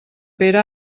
pere